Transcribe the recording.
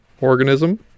organism